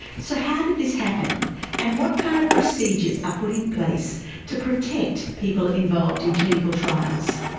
so how did this happen and what kind of procedures are put in place to protect people involved in clinical trials?